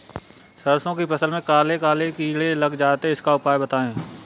सरसो की फसल में काले काले कीड़े लग जाते इसका उपाय बताएं?